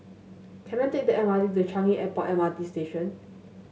can I take the M R T to Changi Airport M R T Station